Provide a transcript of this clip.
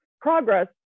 progress